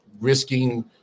risking